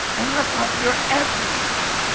unless i'm your everything.